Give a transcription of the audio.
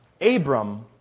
Abram